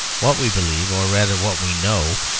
what we believe, or, rather, what we know,